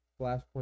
flashpoint